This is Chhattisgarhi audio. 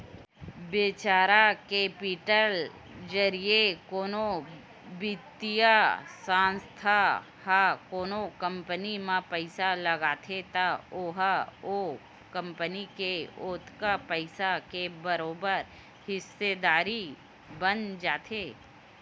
वेंचर केपिटल जरिए कोनो बित्तीय संस्था ह कोनो कंपनी म पइसा लगाथे त ओहा ओ कंपनी के ओतका पइसा के बरोबर हिस्सादारी बन जाथे